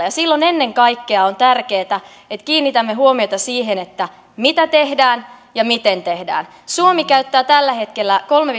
ja silloin ennen kaikkea on tärkeätä että kiinnitämme huomiota siihen mitä tehdään ja miten tehdään suomi käyttää tällä hetkellä kolme